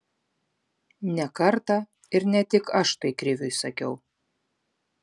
ne kartą ir ne tik aš tai kriviui sakiau